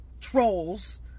trolls